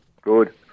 Good